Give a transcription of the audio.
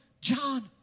John